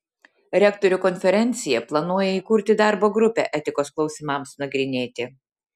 rektorių konferencija planuoja įkurti darbo grupę etikos klausimams nagrinėti